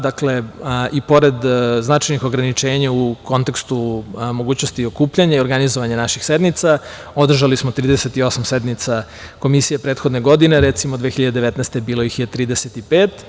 Dakle, i pored značajnih ograničenja u kontekstu mogućnosti okupljanja i organizovanja naših sednica, održali smo 38 sednica Komisije prethodne godine, recimo, 2019. godine bilo ih je 35.